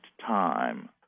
time